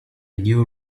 new